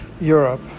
Europe